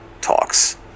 talks